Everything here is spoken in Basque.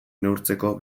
neurtzeko